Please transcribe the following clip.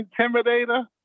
intimidator